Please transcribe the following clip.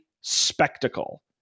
spectacle